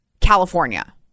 California